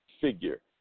figure